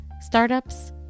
startups